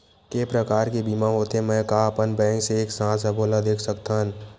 के प्रकार के बीमा होथे मै का अपन बैंक से एक साथ सबो ला देख सकथन?